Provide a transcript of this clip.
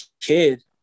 kid